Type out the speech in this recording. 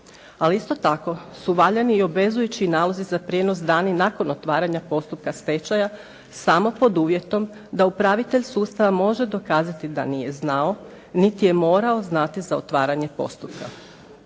Ali isto tako su valjani i obvezujući nalozi za prijenos dani nakon otvaranja postupka stečaja samo pod uvjetom da upravitelj sustava može dokazati da nije znao niti je morao znati za otvaranje postupka.